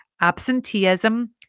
absenteeism